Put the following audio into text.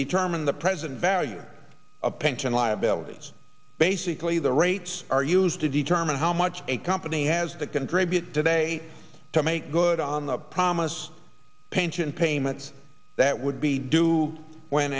determine the present value of pension liabilities basically the rates are used to determine how much a company has to contribute today to make good on the promise pension payments that would be due when